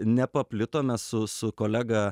nepaplito mes su su kolega